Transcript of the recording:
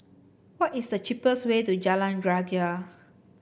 what is the cheapest way to Jalan Greja